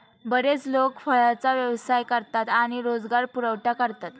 बरेच लोक फळांचा व्यवसाय करतात आणि रोजगार पुरवठा करतात